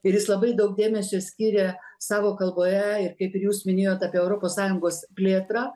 ir jis labai daug dėmesio skiria savo kalboje ir kaip ir jūs minėjot apie europos sąjungos plėtrą